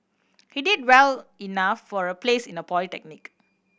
he did well enough for a place in a polytechnic